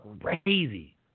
crazy